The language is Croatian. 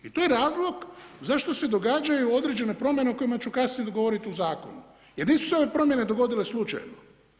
I to je razlog zašto se događaju određene promjene o kojima ću kasnije govoriti u zakonu, jer nisu se ove promjene dogodile slučajno.